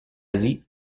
dit